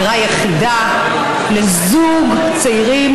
דירה יחידה לזוג צעירים,